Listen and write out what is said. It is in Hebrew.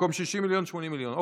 במקום 60 מיליון, 80 מיליון.